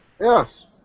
Yes